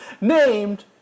named